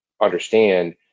understand